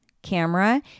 camera